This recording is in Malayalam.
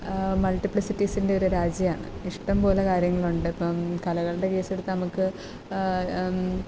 മൾട്ടിപ്ലി സിറ്റീസിൻറ്റെ ഒരു രാജ്യമാണ് ഇഷ്ടംപോലെ കാര്യങ്ങളുണ്ടിപ്പം കലകളുടെ കേസെടുത്താൽ നമുക്ക്